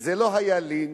שזה לא היה לינץ'